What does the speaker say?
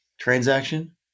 transaction